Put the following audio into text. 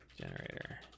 generator